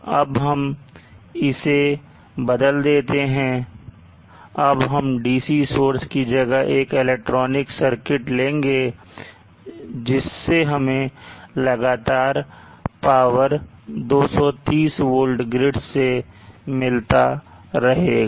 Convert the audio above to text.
अब हम इसे बदल देते हैं अब हम DC सोर्स की जगह एक इलेक्ट्रॉनिक सर्किट लेंगे जिससे हमें लगातार पावर 230 V grid से मिलता रहेगा